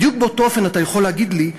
בדיוק באותו אופן אתה יכול להגיד לי: